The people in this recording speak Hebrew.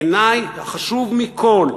בעיני החשוב מכול,